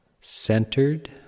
centered